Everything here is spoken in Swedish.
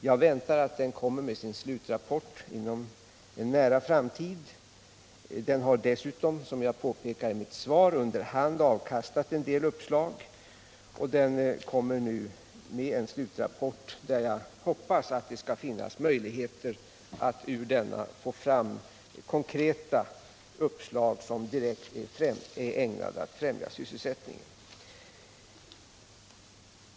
Jag väntar att den kommer med sin slutrapport inom en nära framtid. Den har dessutom, som jag påpekar i mitt svar, under hand presenterat en del uppslag, och den kommer alltså nu med en slutrapport. Jag hoppas att det skall finnas möjligheter att ur denna få fram konkreta uppslag som direkt är ägnade att främja sysselsättningen.